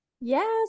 Yes